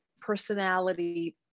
personality